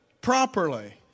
properly